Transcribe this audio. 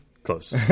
Close